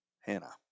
Hannah